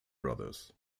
bros